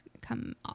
come